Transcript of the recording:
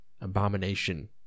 abomination